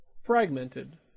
fragmented